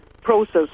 process